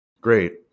Great